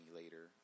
later